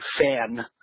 fan